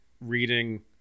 reading